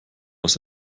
aus